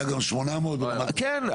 היה גם 800. כן,